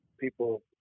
people